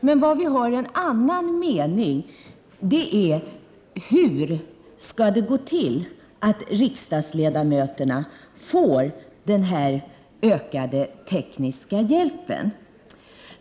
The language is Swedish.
Men vad vi har en annan mening om är hur det skall gå till för att riksdagsledamöterna skall få den här ökade tekniska hjälpen.